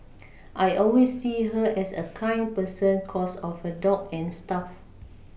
I always see her as a kind person cos of her dog and stuff